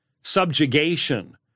subjugation